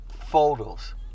photos